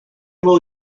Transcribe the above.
will